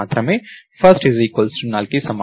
first null కి సమానం